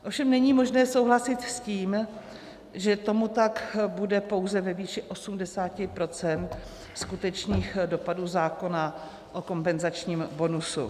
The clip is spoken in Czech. Ovšem není možné souhlasit s tím, že tomu tak bude pouze ve výši 80 % skutečných dopadů zákona o kompenzačním bonusu.